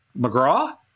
McGraw